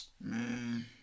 Man